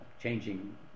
changing